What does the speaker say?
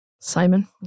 Simon